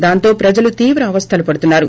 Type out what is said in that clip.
దాంతో ప్రజలు తీవ్ర అవస్లలు పదుతున్నారు